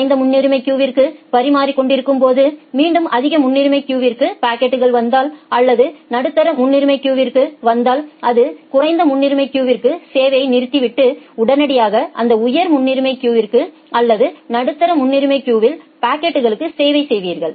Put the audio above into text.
குறைந்த முன்னுரிமை கியூவிற்கு பரிமாறி கொண்டிருக்கும்போது மீண்டும் அதிக முன்னுரிமை கியூவிற்கு பாக்கெட்கள் வந்தால் அல்லது நடுத்தர முன்னுரிமை கியூங் விற்கு வந்தால் இது குறைந்த முன்னுரிமை கியூவிற்கு சேவையை நிறுத்திவிட்டு உடனடியாக அந்த உயர் முன்னுரிமை கியூ அல்லது நடுத்தர முன்னுரிமை கியூவின் பாக்கெட்களுக்கு சேவை செய்வீர்கள்